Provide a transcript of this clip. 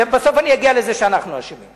בסוף אני אגיע לזה שאנחנו אשמים.